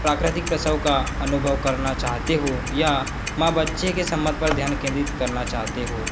प्राकृतिक प्रसव का अनुभव करना चाहते हों या माँ बच्चे के संबंध पर ध्यान केंद्रित करना चाहते हों